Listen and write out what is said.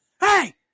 Hey